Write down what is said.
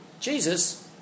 Jesus